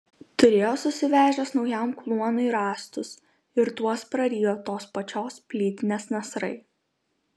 turėjo susivežęs naujam kluonui rąstus ir tuos prarijo tos pačios plytinės nasrai